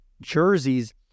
jerseys